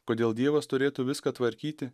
kodėl dievas turėtų viską tvarkyti